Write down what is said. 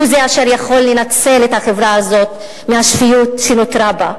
הוא אשר יכול להציל את החברה הזאת עם השפיות שנותרה בה,